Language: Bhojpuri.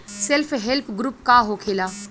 सेल्फ हेल्प ग्रुप का होखेला?